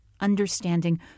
understanding